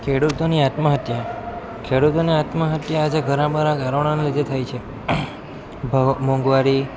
ખેડૂતોની આત્મહત્યા ખેડૂતોની આત્મહત્યા આજે ઘણાં બધાં કારણોના લીધે થાય છે મોંઘવારી